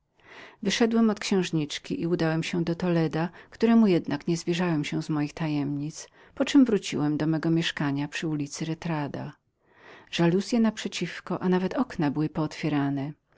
wyszedłem od księżniczki i udałem się do toledo któremu jednak nie zwierzałem się z moich tajemnic poczem wróciłem do mego mieszkania przy ulicy retardo żaluzye naprzeciwko a nawet okna były pootwierane